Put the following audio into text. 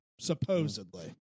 supposedly